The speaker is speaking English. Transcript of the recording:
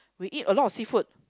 we eat a lot of seafood